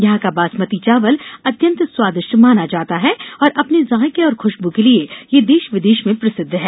यहां का बासमती चावल अत्यंत स्वादिष्ट माना जाता है और अपने जायके और खुशबू के लिए यह देश विदेश में प्रसिद्ध है